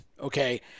okay